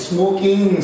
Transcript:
Smoking